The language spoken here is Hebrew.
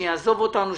שיעזוב אותנו,